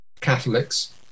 Catholics